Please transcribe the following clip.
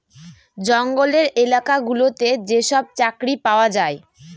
জঙ্গলের এলাকা গুলোতে যেসব চাকরি পাওয়া যায়